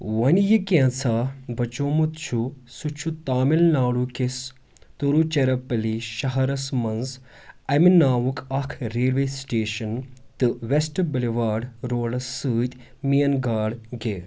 وۄنہِ یہِ کینٛژھا بَچومُت چھُ سُہ چھُ تامِل ناڈوٗ کِس تروٗچیرپلی شہرَس مَنٛز امہِ ناوُک اکھ ریلوے سٹیشن تہٕ ویسٹ بلیوارڈ روڈس سۭتۍ مین گاڈ گیٹ